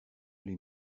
les